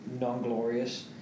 non-glorious